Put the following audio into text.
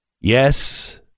yes